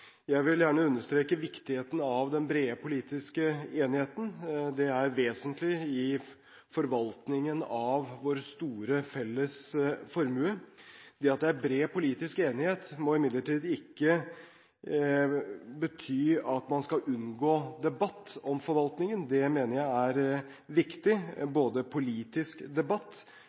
Jeg vil gjerne understreke viktigheten av den brede politiske enigheten. Det er vesentlig i forvaltningen av vår store felles formue. Det at det er bred politisk enighet må imidlertid ikke bety at man skal unngå debatt om forvaltningen. Det mener jeg er viktig – politisk debatt,